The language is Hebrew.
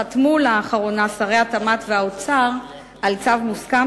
חתמו לאחרונה שרי התמ"ת והאוצר על צו מוסכם,